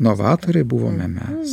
novatoriai buvome mes